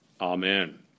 Amen